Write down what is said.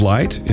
Light